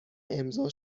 امضا